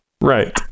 Right